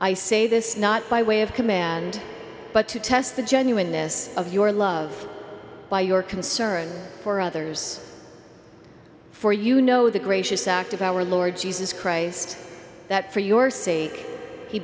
i say this not by way of command but to test the genuineness of your love by your concern for others for you know the gracious act of our lord jesus christ that for your sake he